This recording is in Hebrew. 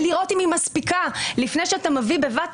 וזה קורה, שמחה, במשמרת